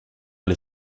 les